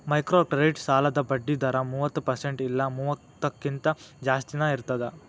microcredit ಸಾಲದ್ ಬಡ್ಡಿ ದರ ಮೂವತ್ತ ಪರ್ಸೆಂಟ್ ಇಲ್ಲಾ ಮೂವತ್ತಕ್ಕಿಂತ ಜಾಸ್ತಿನಾ ಇರ್ತದ